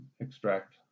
extract